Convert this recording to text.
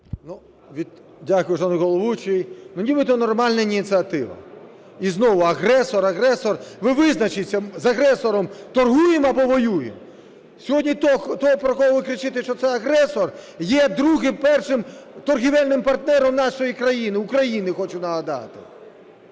Дякую, шановний головуючий! Нібито нормальна ініціатива. І знову: агресор, агресор. Ви визначіться: з агресором торгуємо або воюємо. Сьогодні той, про кого ви кричите, що це агресор є другим-першим торгівельним партнером нашої країни – України, хочу нагадати.